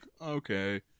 okay